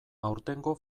aurtengo